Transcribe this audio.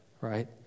right